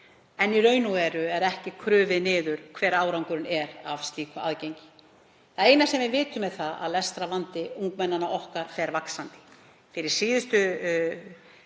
en í raun og veru er ekki krufið hver árangurinn er af slíku aðgengi. Það eina sem við vitum er að lestrarvandi ungmennanna okkar fer vaxandi. Fyrir síðustu